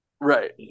right